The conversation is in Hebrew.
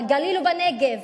בגליל ובנגב,